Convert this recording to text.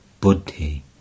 buddhi